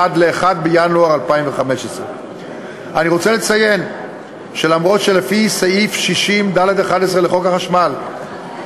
עד ל-1 בינואר 2015. אני רוצה לציין שאף שלפי סעיף 60(ד11) לחוק החשמל,